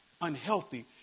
unhealthy